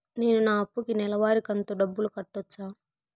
నేను నా అప్పుకి నెలవారి కంతు డబ్బులు కట్టొచ్చా?